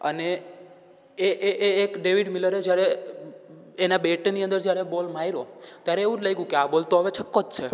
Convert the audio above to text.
અને એ એ એ એક ડેવિડ મિલરે જ્યારે એના બેટની અંદર જ્યારે બોલ માર્યો ત્યારે એવું જ લાગ્યું કે આ બોલ તો હવે છક્કો જ છે